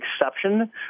exception